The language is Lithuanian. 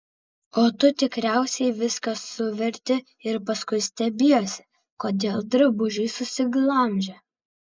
o tu tikriausiai viską suverti ir paskui stebiesi kodėl drabužiai susiglamžę